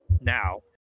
now